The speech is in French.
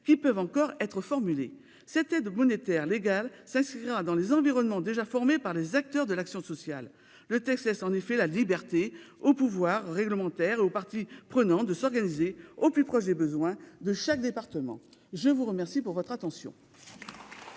qui peuvent encore être formulées. Cette aide monétaire légale s'inscrira dans les environnements déjà formés par les acteurs de l'action sociale. Le texte laisse en effet la liberté au pouvoir réglementaire et aux parties prenantes de s'organiser au plus proche des besoins de chaque département. La parole est